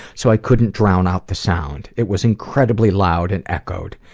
so i couldn't drown out the sound. it was incredibly loud and echoed.